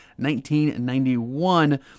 1991